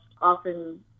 often